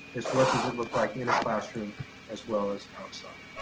is what does it look like in a classroom as well as outside.